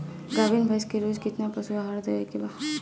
गाभीन भैंस के रोज कितना पशु आहार देवे के बा?